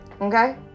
Okay